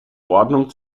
ordnung